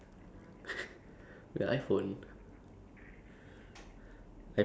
ya or like in Spotify just like download download download all the playlist ah